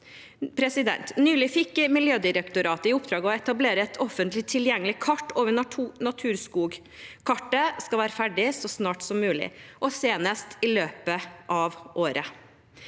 Nylig fikk Miljødirektoratet i oppdrag å etablere et offentlig tilgjengelig kart over naturskog. Kartet skal være ferdig så snart som mulig, og senest i løpet av året.